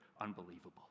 unbelievable